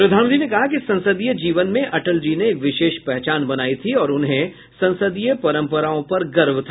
प्रधानमंत्री ने कहा कि संसदीय जीवन में अटल जी ने एक विशेष पहचान बनायी थी और उन्हें संसदीय परंपराओं पर गर्व था